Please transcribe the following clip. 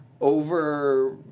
over